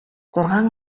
зургаан